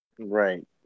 Right